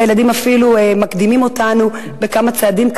והילדים אפילו מקדימים אותנו בכמה צעדים.